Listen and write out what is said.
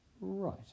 Right